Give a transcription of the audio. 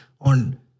on